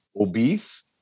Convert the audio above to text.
obese